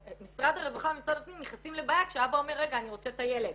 משרד הפנים ומשרד הרווחה נכנסים לבעיה כשהאבא אומר אני רוצה את הילד,